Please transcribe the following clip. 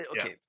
Okay